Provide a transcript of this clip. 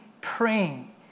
praying